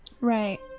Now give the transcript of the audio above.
Right